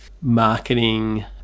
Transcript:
marketing